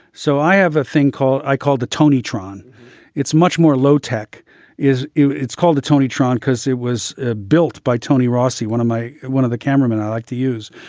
so i have a thing called i called the tony tron it's much more low tech is it's called the tony tron because it was ah built by tony rossi, one of my one of the cameramen i like to use.